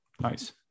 Nice